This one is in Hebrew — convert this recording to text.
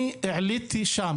אני העליתי שם,